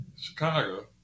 Chicago